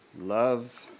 love